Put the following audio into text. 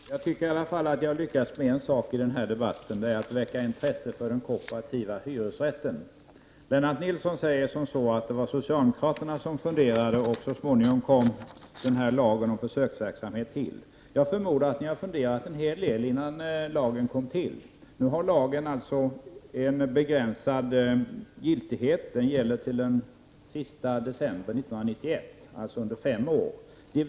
Fru talman! Jag tycker att jag i alla fall har lyckats med en sak i den här debatten: att väcka intresse för den kooperativa hyresrätten. Lennart Nilsson säger att det var socialdemokraterna som funderade, varefter lagen om försöksverksamhet så småningom kom till. Jag förmodar att ni har funderat en hel del, innan lagen infördes. Nu har lagen begränsad giltighet, den gäller till den sista december 1991, alltså under fem år.